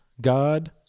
God